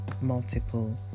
multiple